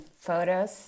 photos